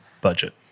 budget